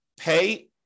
pay